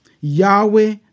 Yahweh